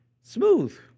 Smooth